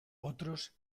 otros